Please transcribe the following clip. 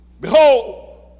Behold